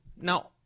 Now